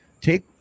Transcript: Take